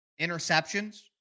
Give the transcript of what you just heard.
interceptions